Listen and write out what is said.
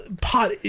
pot